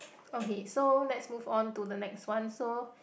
okay so let's move on to the next one so